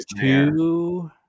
two